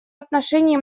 отношении